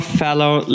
fellow